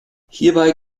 hierbei